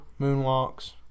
moonwalks